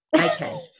okay